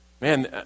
man